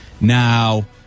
Now